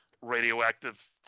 radioactive